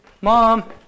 Mom